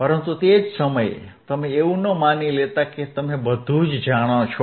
પરંતુ તે જ સમયે તમે એવું ન માની લેતા કે તમે બધું જ જાણો છો